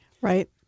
Right